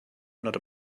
not